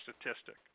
statistic